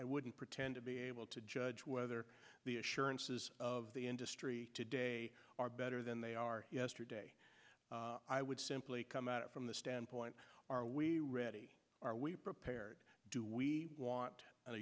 and wouldn't pretend to be able to judge whether the assurances of the industry today are better than they are yesterday i would simply come at it from the standpoint are we ready are we prepared do we want a